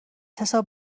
حساب